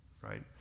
Right